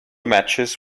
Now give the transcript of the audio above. matches